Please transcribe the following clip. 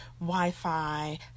Wi-Fi